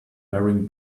wearing